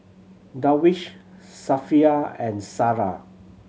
Darwish Safiya and Sarah